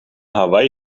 hawaï